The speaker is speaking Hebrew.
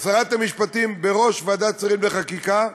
שרת המשפטים בראש ועדת שרים לחקיקה,